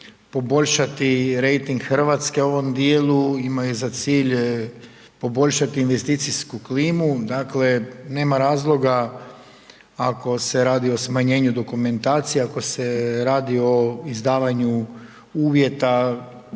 poboljšati rejting Hrvatske u ovom dijelu. Imaju za cilj poboljšati investicijsku klimu. Dakle, nema razloga ako se radi o smanjenju dokumentacije, ako se radi o izdavanju uvjeta